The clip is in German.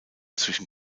zwischen